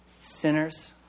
sinners